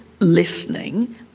listening